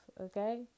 okay